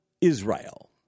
Israel